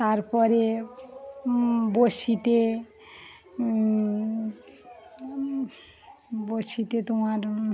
তারপরে বরশিতে বরশিতে তোমার